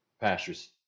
pastures